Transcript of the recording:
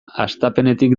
hastapenetik